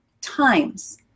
times